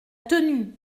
tenue